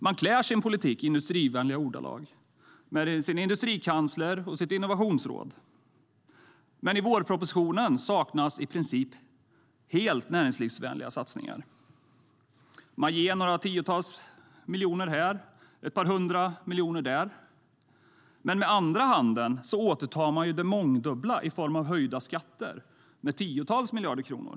Man klär sin politik i industrivänliga ordalag med sin industrikansler och sitt innovationsråd, men i vårpropositionen saknas näringslivsvänliga satsningar i princip helt. Man ger några tiotals miljoner här och ett par hundra miljoner där, men med andra handen återtar man det mångdubbla i form av höjda skatter med tiotals miljarder kronor.